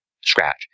Scratch